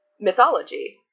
mythology